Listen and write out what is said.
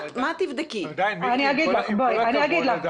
אני אגיד לך,